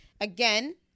Again